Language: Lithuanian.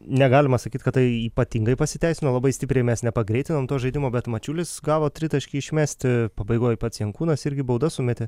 negalima sakyt kad tai ypatingai pasiteisino labai stipriai mes nepagreitinam to žaidimo bet mačiulis gavo tritaškį išmesti pabaigoj pats jankūnas irgi baudas sumetė